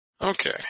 Okay